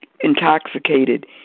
intoxicated